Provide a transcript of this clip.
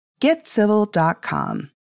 GetCivil.com